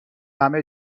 همه